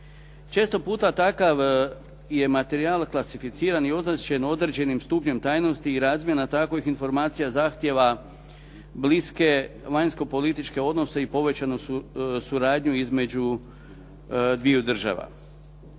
Često puta takav je materijal klasificiran i označen određenim stupnjem tajnosti i razmjena takovih informacija zahtijeva bliske vanjsko-političke odnose i povećanu suradnju između dviju država.